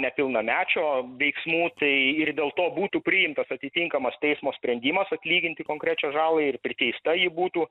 nepilnamečio veiksmų tai ir dėl to būtų priimtas atitinkamas teismo sprendimas atlyginti konkrečią žalą ir priteista ji būtų